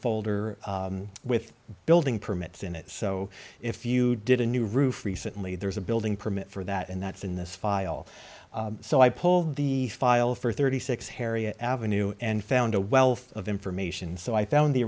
folder with building permits in it so if you did a new roof recently there's a building permit for that and that's in this file so i pulled the file for thirty six harriet avenue and found a wealth of information so i found the